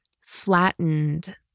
flattened